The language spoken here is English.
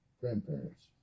grandparents